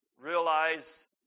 realize